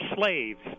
slaves